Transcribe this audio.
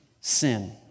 sin